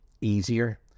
easier